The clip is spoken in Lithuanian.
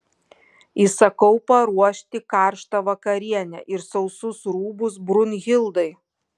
įsakau paruošti karštą vakarienę ir sausus rūbus brunhildai